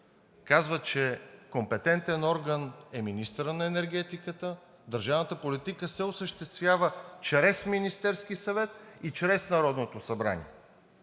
Казва, че компетентен орган е министърът на енергетиката и държавната политика се осъществява чрез Министерския съвет и чрез Народното събрание.